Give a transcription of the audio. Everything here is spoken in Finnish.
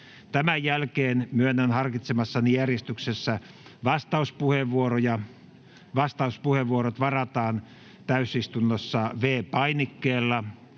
Tämän jälkeen myönnän harkitsemassani järjestyksessä vastauspuheenvuoroja. Vastauspuheenvuorot varataan täysistunnossa V-painikkeella.